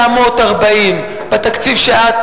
940. זה בתקציב שאת,